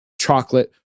Chocolate